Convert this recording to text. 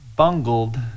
bungled